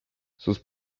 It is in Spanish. sus